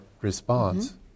response